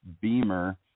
Beamer